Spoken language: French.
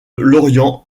lorient